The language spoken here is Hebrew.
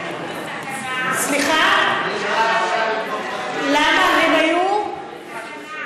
מירב, למה הם היו בסכנה?